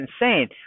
insane